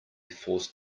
forced